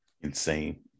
insane